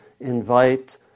invite